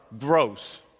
Gross